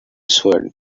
sword